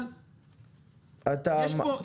אבל יש פה.